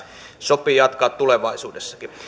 sopii jatkaa tulevaisuudessakin